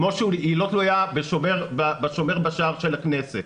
כמו שהיא לא תלויה בשומר בשער של הכנסת.